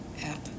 app